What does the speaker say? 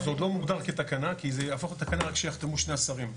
זה עוד לא מוגדר כתקנה כי זה יהפוך לתקנה רק כשיחתמו שני השרים.